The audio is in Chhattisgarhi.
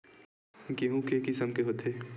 गेहूं के किसम के होथे?